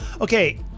Okay